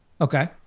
Okay